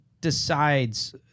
decides